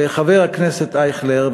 חבר הכנסת אייכלר,